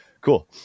cool